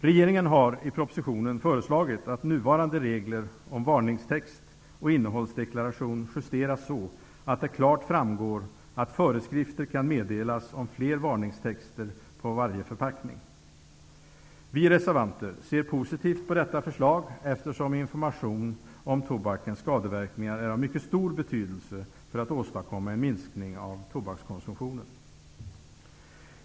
Regeringen har i propositionen föreslagit att nuvarande regler om varningstext och innehållsdeklaration justeras så, att det klart framgår att föreskrifter kan meddelas om fler varningstexter på varje förpackning. Vi reservanter ser positivt på detta förslag, eftersom information om tobakens skadeverkningar är av mycket stor betydelse för att en minskning av tobakskonsumtionen skall kunna åstadkommas.